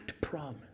promise